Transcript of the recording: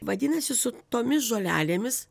vadinasi su tomis žolelėmis